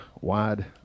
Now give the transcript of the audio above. wide